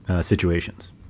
situations